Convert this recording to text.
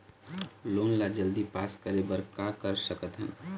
Loan ला जल्दी पास करे बर का कर सकथन?